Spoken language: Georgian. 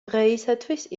დღეისათვის